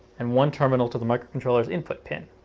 and one terminal to the microcontroller's input pin.